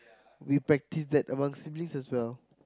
we practice that among siblings as well